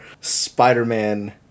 spider-man